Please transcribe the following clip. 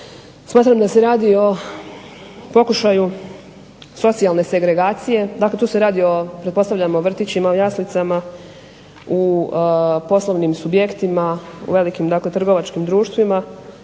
Smatram da se radi o pokušaju socijalne segregacije. Dakle, u se radi o, pretpostavljam o vrtićima, o jaslicama u poslovnim subjektima u velikim dakle trgovačkim društvima.